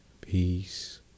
peace